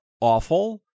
awful